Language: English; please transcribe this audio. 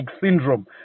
syndrome